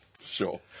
sure